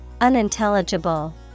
Unintelligible